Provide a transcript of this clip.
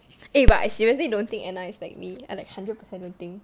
eh but I seriously don't think anna is like me I like hundred percent don't think